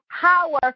power